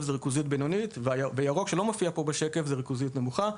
זה ריכוזיות בינונית; וירוק שלא מופיע פה בשקף זה ריכוזיות נמוכה.